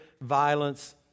violence